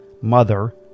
mother